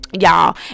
y'all